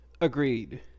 Agreed